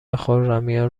خرمیان